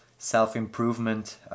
self-improvement